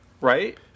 right